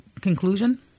conclusion